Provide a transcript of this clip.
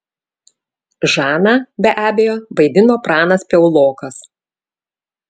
žaną be abejo vaidino pranas piaulokas